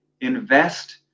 invest